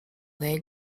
they